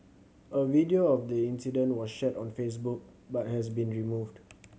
a video of the incident was shared on Facebook but has been removed